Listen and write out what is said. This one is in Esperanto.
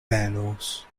benos